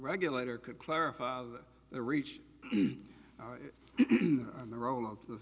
regulator could clarify the reach and the role of the